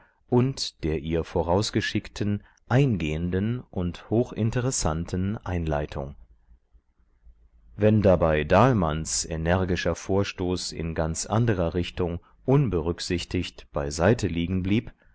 und der ihr vorausgeschickten eingehenden und hochinteressanten einleitung wenn dabei dahlmanns energischer vorstoß in ganz anderer richtung unberücksichtigt bei seite liegen blieb